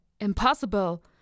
Impossible